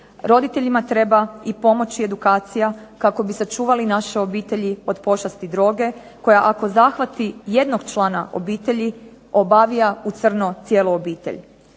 Roditeljima treba i pomoć i edukacija kako bi sačuvali naše obitelji od pošasti droge, koja ako zahvati jednog člana obitelji obavija u crno cijelu obitelj.